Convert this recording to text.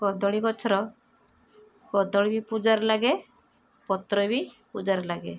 କଦଳୀ ଗଛର କଦଳୀ ପୂଜାରେ ଲାଗେ ପତ୍ର ବି ପୂଜାରେ ଲାଗେ